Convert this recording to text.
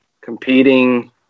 competing